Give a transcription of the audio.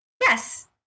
Yes